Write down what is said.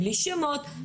בלי שמות,